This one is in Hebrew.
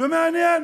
ומעניין